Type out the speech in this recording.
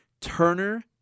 Turner